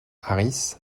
harris